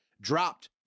dropped